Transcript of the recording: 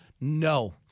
no